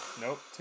Nope